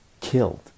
killed